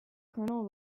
colonel